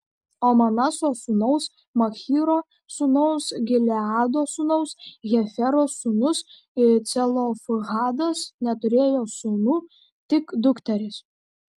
o manaso sūnaus machyro sūnaus gileado sūnaus hefero sūnus celofhadas neturėjo sūnų tik dukteris